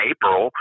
April